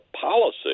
policy